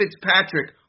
Fitzpatrick